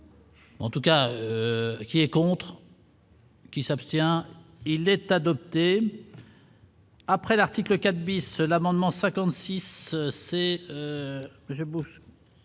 En tout cas qui est contre. Qui s'abstient, il est adopté, après l'article 4 bis seul amendement 56, c'est monsieur Bush